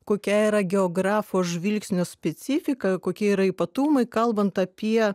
kokia yra geografo žvilgsnio specifika kokie yra ypatumai kalbant apie